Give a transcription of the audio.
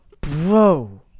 bro